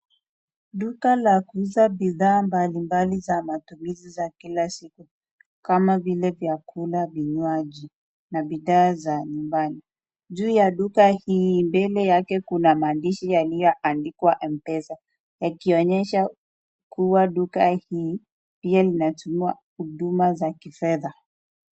Duka la kuuza bidhaa mbalimbali za matumizi za kila siku kama vile vyakula, vinywaji na bidhaa za nyumbani. Juu ya duka hii mbele yake kuna maandishi yaliyoandikwa Mpesa ikionyesha kua duka hii hio inatumia huduma za kifedha.